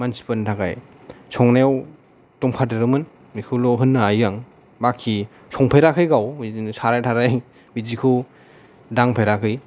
मानथिफोरनि थाखाय संनायाव दंफादेरोमोन बेखौल' होन्नो हायो आं बाखि संफेराखै गाव बिदिनो साराय थाराय बिदिखौ दांफेराखै